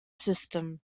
system